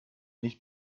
nicht